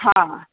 हा